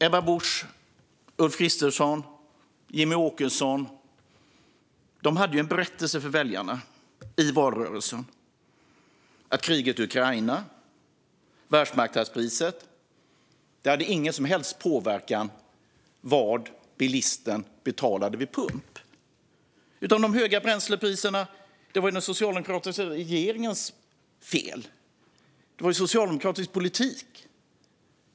Ebba Busch, Ulf Kristersson och Jimmie Åkesson hade en berättelse för väljarna i valrörelsen: Kriget i Ukraina och världsmarknadspriset hade ingen som helst påverkan på vad bilisten betalade vid pump. De höga bränslepriserna var den socialdemokratiska regeringens fel. Det handlade om socialdemokratisk politik.